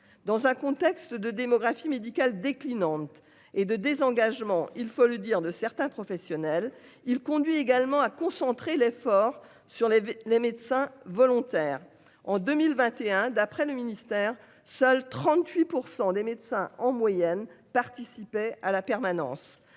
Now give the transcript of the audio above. dans un contexte de démographie médicale déclinante et de désengagement. Il faut le dire de certains professionnels, il conduit également à concentrer l'effort sur les les médecins volontaires en 2021 d'après le ministère. Seuls 38% des médecins en moyenne participaient à la permanence,